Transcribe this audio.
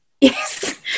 Yes